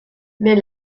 mais